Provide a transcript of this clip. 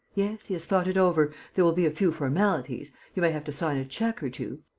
yes, he has thought it over there will be a few formalities you may have to sign a cheque or two,